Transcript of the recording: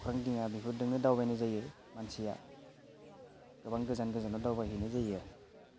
अख्रां दिङा बेफोरजोंनो दावबायनाय जायो मानसिया गोबां गोजान गोजानाव दावबाय हैनाय जायो आरो